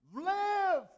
live